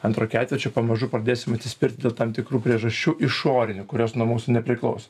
antro ketvirčio pamažu pradėsim atsispirti dėl tam tikrų priežasčių išorinių kurios nuo mūsų nepriklauso